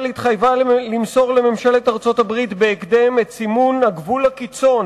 התחייבה למסור לממשלת ארצות-הברית בהקדם את סימון הגבול הקיצון,